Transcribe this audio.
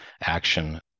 action